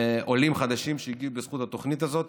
90,000 עולים חדשים שהגיעו בזכות התוכנית הזאת.